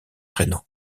rhénan